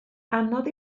anodd